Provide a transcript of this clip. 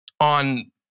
on